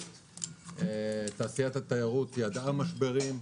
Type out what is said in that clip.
תעשיית התיירות ידעה משברים,